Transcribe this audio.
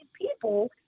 people